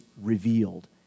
revealed